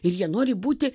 ir jie nori būti